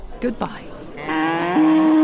Goodbye